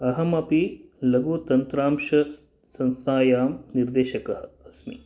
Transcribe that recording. अहमपि लघुतन्त्रांशसंस्थायां निर्देशकः अस्मि